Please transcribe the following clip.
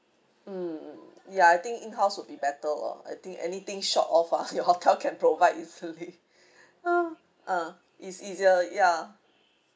mm ya I think in house would be better lah I think anything short of ah your hotel can provide easily uh it's easier ya